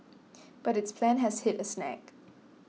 but its plan has hit a snag